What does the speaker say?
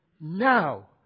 now